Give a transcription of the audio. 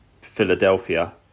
Philadelphia